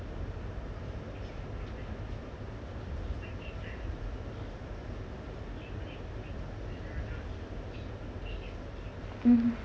mmhmm